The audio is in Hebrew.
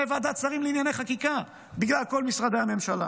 ועדת שרים לענייני חקיקה בגלל כל משרדי הממשלה.